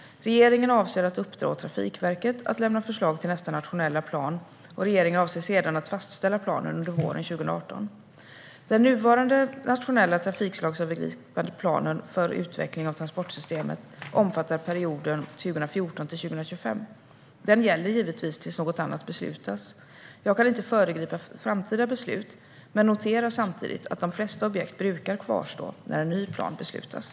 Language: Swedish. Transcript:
Regeringen avser att uppdra åt Trafikverket att lämna förslag till nästa nationella plan. Regeringen avser sedan att fastställa planen under våren 2018. Den nuvarande nationella trafikslagsöverskridande planen för utveckling av transportsystemet omfattar perioden 2014-2025. Den gäller givetvis tills något annat beslutats. Jag kan inte föregripa framtida beslut men noterar samtidigt att de flesta objekt brukar kvarstå när en ny plan beslutas.